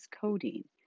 codeine